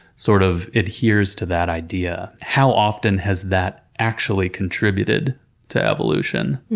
sort of, adheres to that idea. how often has that actually contributed to evolution,